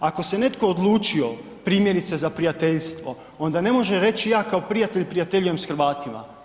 Ako se netko odlučio, primjerice za prijateljstvo onda ne može reći ja kao prijatelj prijateljujem s Hrvatima.